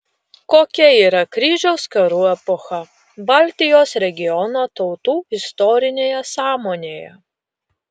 kokia yra kryžiaus karų epocha baltijos regiono tautų istorinėje sąmonėje